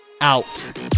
out